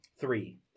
Three